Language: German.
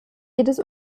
jedes